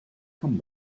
come